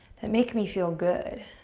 that make me feel good,